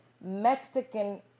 Mexican